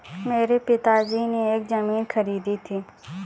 मेरे पिताजी ने एक जमीन खरीदी थी